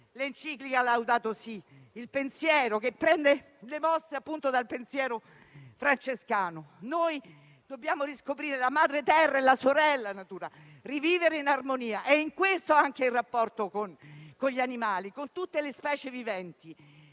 l'enciclica «Laudato si'», che prende le mosse dal pensiero francescano. Noi dobbiamo riscoprire la madre terra e la sorella natura; rivivere in armonia anche il rapporto con gli animali e tutte le specie viventi.